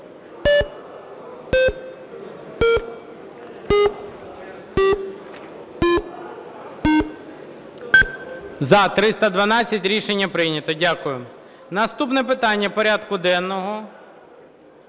За-312 Рішення прийнято. Дякую. Наступне питання порядку денного